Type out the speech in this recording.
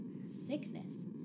sickness